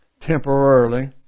temporarily